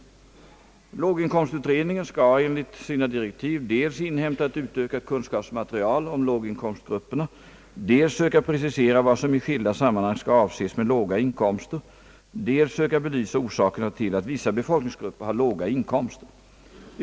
Låginkomstutredningen skall enligt sina direktiv dels inhämta ett utökat kunskapsmaterial om låginkomstgrupperna, dels söka precisera vad som i skilda sammanhang skall avses med låga inkomster, dels söka belysa orsakerna till att vissa befolkningsgrupper har låga inkomster.